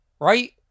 right